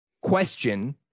question